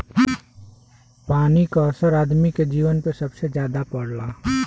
पानी क असर आदमी के जीवन पे सबसे जादा पड़ला